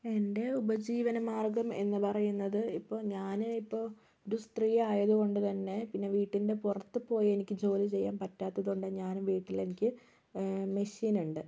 എൻ്റെ ഉപജീവന മാർഗ്ഗം എന്ന് പറയുന്നത് ഇപ്പോൾ ഞാൻ ഇപ്പോൾ ഒരു സ്ത്രീ ആയതുകൊണ്ട് തന്നെ പിന്നെ വീട്ടിൻ്റെ പുറത്തുപോയി എനിക്ക് ജോലി ചെയ്യാൻ പറ്റാത്തത്കൊണ്ട് ഞാൻ വീട്ടിലെനിക്ക് മഷീനുണ്ട്